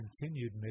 continued